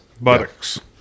Buttocks